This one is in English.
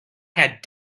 had